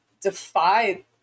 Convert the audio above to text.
defy